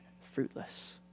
fruitless